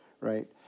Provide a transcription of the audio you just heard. right